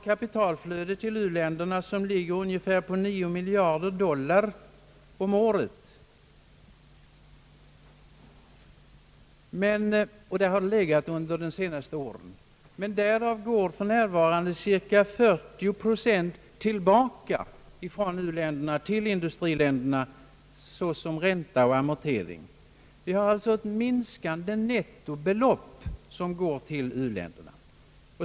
Kapitalutflödet till u-länderna ligger på ungefär 9 miljarder dollar om året, och där har det legat under de senaste åren. Men därav går för närvarande cirka 40 procent tillbaka från u-länderna till industriländerna såsom ränta och amortering. Det är alltså ett minskande nettobelopp som går till u-länderna.